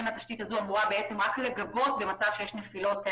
התשתית הזו אמורה לגבות במצב של נפילות.